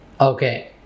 Okay